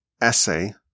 essay